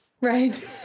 Right